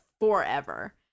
forever